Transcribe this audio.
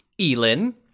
Elin